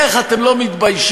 איך אתם לא מתביישים?